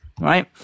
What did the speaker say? right